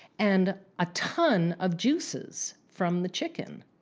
and a ton of juices from the chicken.